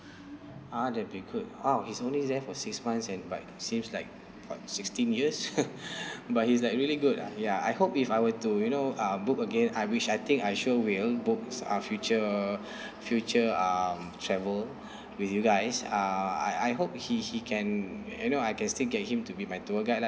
ah that'll be good !wow! he's only there for six months and but he seems like what sixteen years but he's like really good ah ya I hope if I were to you know uh book again I which I think I sure will book uh future future um travel with you guys uh I hope he he can you know I can still get him to be my tour guide lah